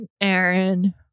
Aaron